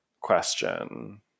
question